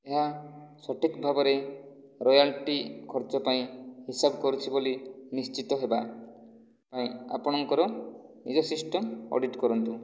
ଏହା ସଠିକ୍ ଭାବରେ ରୟାଲଟି ଖର୍ଚ୍ଚ ପାଇଁ ହିସାବ କରୁଛି ବୋଲି ନିଶ୍ଚିତ ହେବା ପାଇଁ ଆପଣଙ୍କର ନିଜ ସିଷ୍ଟମ୍ ଅଡିଟ୍ କରନ୍ତୁ